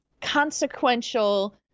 consequential